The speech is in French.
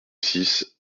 six